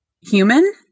human